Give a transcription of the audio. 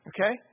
Okay